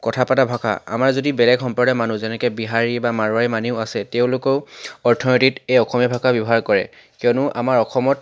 কথা পতা ভাষা আমাৰ যদি বেলেগ সম্প্ৰদায়ৰ মানুহ যেনেকৈ বিহাৰী বা মাৰোৱাৰী মানুহ আছে তেওঁলোকেও অৰ্থনীতিত এই অসমীয়া ভাষা ব্যৱহাৰ কৰে কিয়নো আমাৰ অসমত